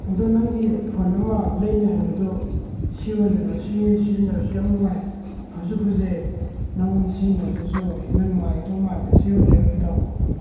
ꯑꯗꯨ ꯅꯪꯒꯤ ꯐꯣꯟ ꯑꯃ ꯂꯩꯅꯤ ꯍꯥꯏꯕꯗꯨ ꯁꯤ ꯑꯣꯏꯅ ꯂꯩꯔꯣ ꯁꯤ ꯁꯤꯖꯤꯟꯅꯕꯁꯨ ꯌꯥꯝ ꯅꯨꯡꯉꯥꯏ ꯐꯁꯨ ꯐꯖꯩ ꯅꯪꯉꯣꯟꯗ ꯁꯤꯖꯤꯟꯅꯗꯁꯨ ꯍꯦꯟꯅ ꯅꯨꯡꯉꯥꯏꯒꯗꯕ ꯃꯥꯜꯂꯦ ꯁꯤ ꯑꯣꯏꯅ ꯂꯩꯔꯣ ꯏꯇꯥꯎ